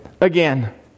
again